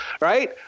Right